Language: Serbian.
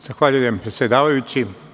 Zahvaljujem predsedavajući.